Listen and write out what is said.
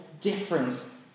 difference